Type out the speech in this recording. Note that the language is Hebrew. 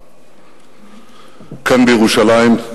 כאן בירושלים,